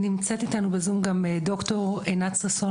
נמצאת איתנו בזום גם ד"ר עינת שושן